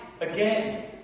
Again